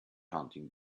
hunting